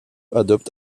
adopte